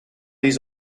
his